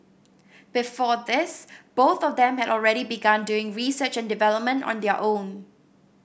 before this both of them had already begun doing research and development on their own